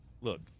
look